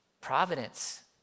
providence